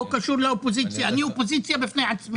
לא קשור לאופוזיציה, אני אופוזיציה בפני עצמי.